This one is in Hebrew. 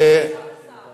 אנחנו מקבלים את בקשת השר.